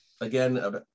again